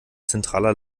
zentraler